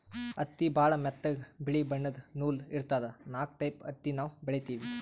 ಹತ್ತಿ ಭಾಳ್ ಮೆತ್ತಗ ಬಿಳಿ ಬಣ್ಣದ್ ನೂಲ್ ಇರ್ತದ ನಾಕ್ ಟೈಪ್ ಹತ್ತಿ ನಾವ್ ಬೆಳಿತೀವಿ